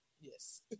Yes